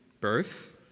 birth